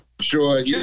sure